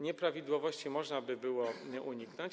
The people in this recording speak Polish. Nieprawidłowości można byłoby uniknąć.